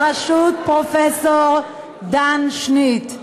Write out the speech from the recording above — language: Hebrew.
בראשות פרופסור דן שניט,